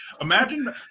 imagine